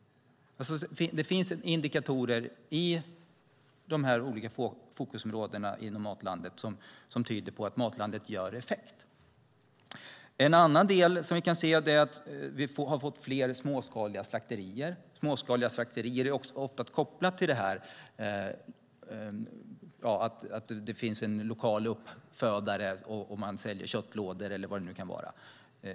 Det finns indikatorer i de olika fokusområden inom Matlandet som tyder på att Matlandet ger effekt. En annan del är att vi kan se att vi har fått fler småskaliga slakterier. De är ofta kopplade till att det finns en lokal uppfödare och att man säljer köttlådor eller vad det kan vara.